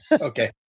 Okay